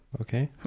Okay